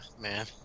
man